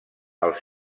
els